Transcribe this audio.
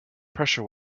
pressure